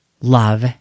love